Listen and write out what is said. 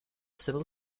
civil